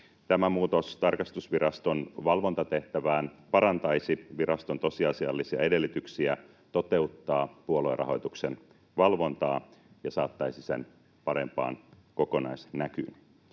Tämä muutos tarkastusviraston valvontatehtävään parantaisi viraston tosiasiallisia edellytyksiä toteuttaa puoluerahoituksen valvontaa ja saattaisi sen parempaan kokonaisnäkyyn.